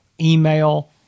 email